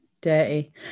dirty